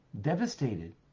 devastated